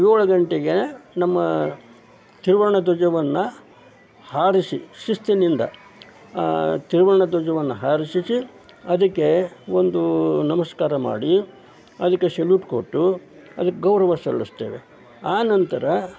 ಏಳು ಗಂಟೆಗೆ ನಮ್ಮ ತ್ರಿವರ್ಣ ಧ್ವಜವನ್ನು ಹಾರಿಸಿ ಶಿಸ್ತಿನಿಂದ ತ್ರಿವರ್ಣ ಧ್ವಜವನ್ನು ಹಾರಿಸಿ ಅದಕ್ಕೆ ಒಂದು ನಮಸ್ಕಾರ ಮಾಡಿ ಅದಕ್ಕೆ ಸೆಲೂಟ್ ಕೊಟ್ಟು ಅದಕ್ಕೆ ಗೌರವ ಸಲ್ಲಿಸ್ತೇವೆ ಆ ನಂತರ